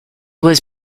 was